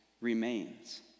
remains